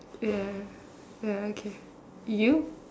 ya ya okay you